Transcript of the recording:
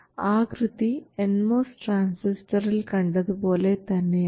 ആകൃതി N MOS ട്രാൻസിസ്റ്ററിൽ കണ്ടതുപോലെ തന്നെയാണ്